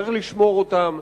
צריך לשמור אותם,